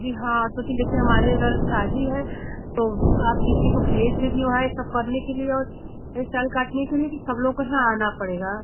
जी हाँ तो फिर देखिए हमारे घर शादी है तो आप किसी को भेज देंगी वहाँ ये सब करने के लिए और हेयर इस्टाइल काटने के लिए कि सब लोग को यहाँ आना पड़ेगा